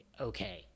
okay